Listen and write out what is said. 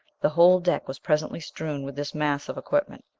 the whole deck was presently strewn with this mass of equipment.